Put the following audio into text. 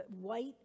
White